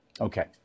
Okay